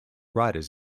writers